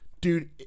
dude